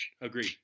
Agreed